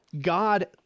God